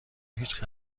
هیچ